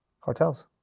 Cartels